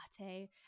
latte